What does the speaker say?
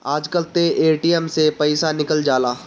आजकल तअ ए.टी.एम से पइसा निकल जाला